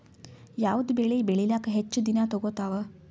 ಯಾವದ ಬೆಳಿ ಬೇಳಿಲಾಕ ಹೆಚ್ಚ ದಿನಾ ತೋಗತ್ತಾವ?